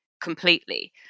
completely